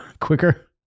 quicker